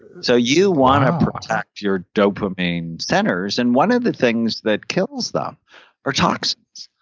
so you want to protect your dopamine centers and one of the things that kills them are toxins,